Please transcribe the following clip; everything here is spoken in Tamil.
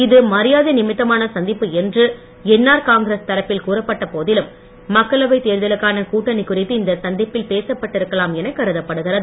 இது மரியாதை நிமித்தமான சந்திப்பு என்று என்ஆர் காங்கிரஸ் தரப்பில் கூறப்பட்ட போதிலும் மக்களவைத் தேர்தலுக்கான கூட்டணி குறித்து இந்த சந்திப்பில் பேசப்பட்டு இருக்கலாம் என கருதப்படுகிறது